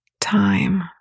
time